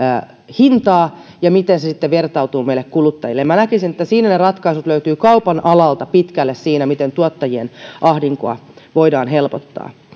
hintaa ja miten se sitten vertautuu meille kuluttajille minä näkisin että ne ratkaisut löytyvät kaupan alalta pitkälle siinä miten tuottajien ahdinkoa voidaan helpottaa